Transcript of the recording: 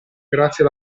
grazie